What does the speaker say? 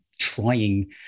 trying